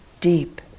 deep